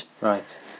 Right